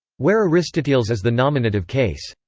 where aristoteles is the nominative case.